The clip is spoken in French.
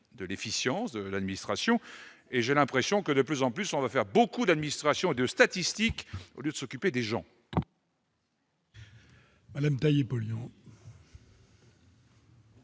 de l'efficience de l'administration et j'ai l'impression que de plus en plus, on va faire beaucoup d'administrations et de statistiques, au lieu de s'occuper des gens. Halem polluantes.